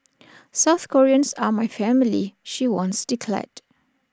South Koreans are my family she once declared